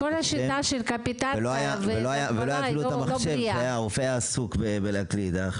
ולא היה אפילו מחשב ורופא שעסוק בהקלדה.